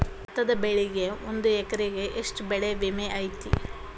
ಭತ್ತದ ಬೆಳಿಗೆ ಒಂದು ಎಕರೆಗೆ ಎಷ್ಟ ಬೆಳೆ ವಿಮೆ ಐತಿ?